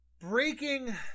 breaking